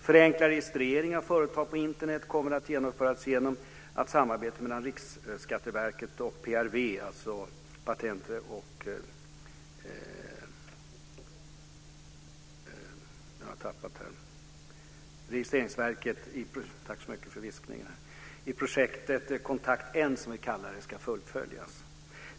Förenklad registrering av företag på Internet kommer att genomföras genom att samarbetet mellan Riksskatteverket och PRV, alltså Patent och registreringsverket, i projektet Kontakt-N, som vi kallar det, ska fullföljas.